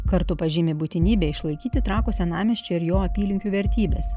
kartu pažymi būtinybę išlaikyti trakų senamiesčio ir jo apylinkių vertybes